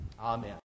Amen